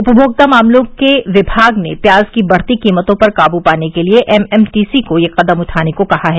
उपभोक्ता मामलों के विभाग ने प्याज की बढ़ती कीमतों पर काबू पाने के लिए एमएमटीसी को यह कदम उठाने को कहा है